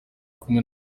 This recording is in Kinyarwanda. kumwe